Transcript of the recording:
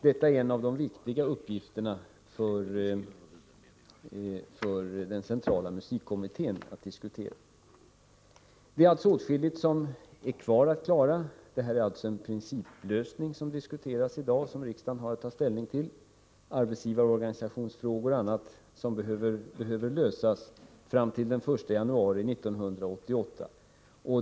Detta är en av de viktiga uppgifterna för den centrala musikkommittén. Det återstår alltså åtskilligt att klara av. Det som i dag har diskuterats är en principlösning som riksdagen har att ta ställning till. Fram till den 1 januari 1988 är det arbetsgivarorganisationsfrågor m.m. som behöver lösas.